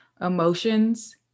emotions